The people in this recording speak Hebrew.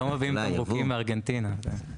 לא מביאים תמרוקים מארגנטינה.